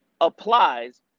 applies